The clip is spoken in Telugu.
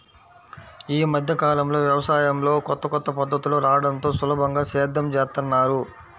యీ మద్దె కాలంలో యవసాయంలో కొత్త కొత్త పద్ధతులు రాడంతో సులభంగా సేద్యం జేత్తన్నారు